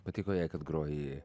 patiko jai kad groji